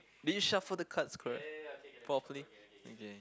did you shuffle the cards correct properly okay